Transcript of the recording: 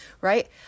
right